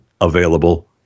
available